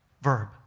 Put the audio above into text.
verb